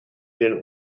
didn’t